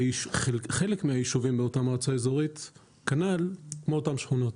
וחלק מהיישובים באותה מאותה אזורית כנ"ל כמו אותם שכונות.